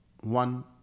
one